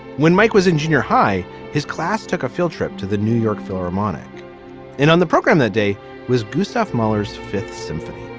when mike was in junior high his class took a field trip to the new york philharmonic and on the program the day was gustaf mueller's fifth symphony